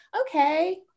okay